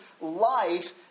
life